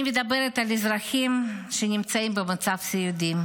אני מדברת על אזרחים שנמצאים במצב סיעודי,